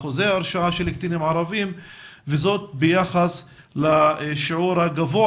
על אחוזי הרשעה של קטינים ערבים וזאת ביחס לשיעור הגבוה